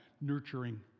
nurturing